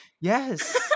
Yes